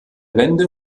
wende